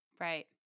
Right